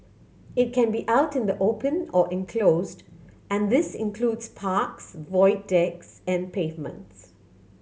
it can be out in the open or enclosed and this includes parks void decks and pavements